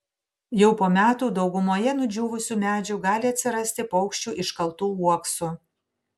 jau po metų daugumoje nudžiūvusių medžių gali atsirasti paukščių iškaltų uoksų